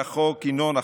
ינון,